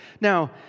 Now